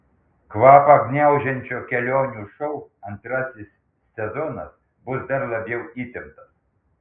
kvapą gniaužiančio kelionių šou antrasis sezonas bus dar labiau įtemptas